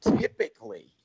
Typically